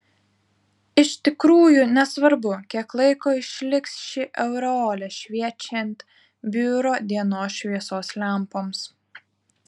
iš tikrųjų nesvarbu kiek laiko išliks ši aureolė šviečiant biuro dienos šviesos lempoms